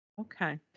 Okay